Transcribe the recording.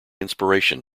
inspiration